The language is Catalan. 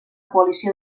coalició